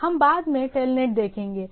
हम बाद में TELNET देखेंगे